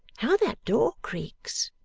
how that door creaks